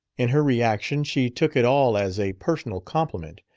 in her reaction she took it all as a personal compliment.